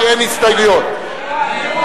אין הסתייגויות.